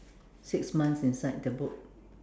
six months inside the boat